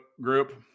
group